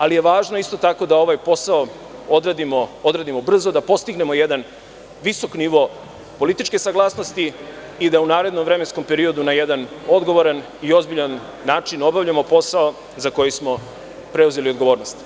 Isto tako važno je da ovaj posao odradimo brzo, da postignemo jedan visok nivo političke saglasnosti i da u narednom vremenskom periodu na jedan ozbiljan i odgovoran način obavljamo posao za koji smo preuzeli odgovornost.